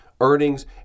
earnings